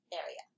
area